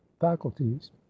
faculties